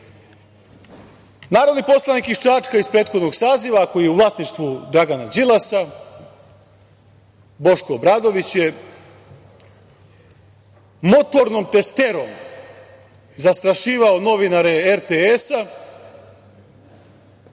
hoće. Narodni poslanik iz Čačka iz prethodnog saziva koji je u vlasništvu Dragana Đilasa, Boško Obradović je motornom testerom zastrašivao novinare RTS,